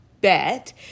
bet